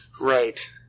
right